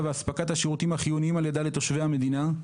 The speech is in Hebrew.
והספקת השירותים החיוניים על ידה לתושבי המדינה,